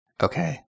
Okay